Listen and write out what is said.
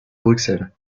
bruxelles